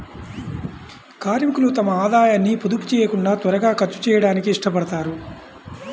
కార్మికులు తమ ఆదాయాన్ని పొదుపు చేయకుండా త్వరగా ఖర్చు చేయడానికి ఇష్టపడతారు